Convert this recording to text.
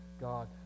God